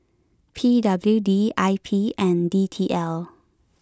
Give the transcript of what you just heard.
P W D I P and D T L